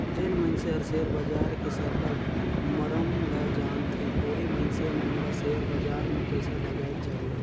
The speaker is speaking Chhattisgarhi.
जेन मइनसे हर सेयर बजार के सरलग मरम ल जानथे ओही मइनसे मन ल सेयर बजार में पइसा लगाएक चाही